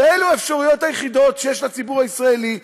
ואלה האפשרויות היחידות שיש לציבור הישראלי.